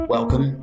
Welcome